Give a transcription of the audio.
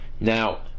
Now